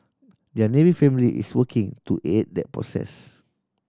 their Navy family is working to aid that process